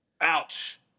Ouch